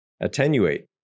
Attenuate